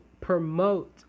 promote